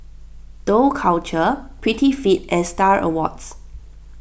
Dough Culture Prettyfit and Star Awards